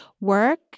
work